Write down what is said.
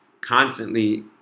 constantly